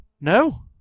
No